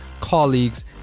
colleagues